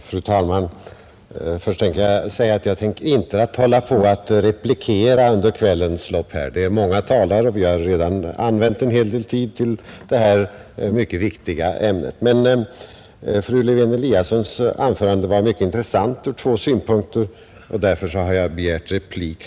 Fru talman! Först vill jag säga att jag inte tänker hålla på med att replikera under kvällens lopp. Det är många talare anmälda, och vi har redan använt en hel del tid till detta mycket viktiga ämne. Men fru Lewén-Eliassons anförande var mycket intressant ur två synpunkter, och därför har jag begärt replik.